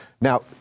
Now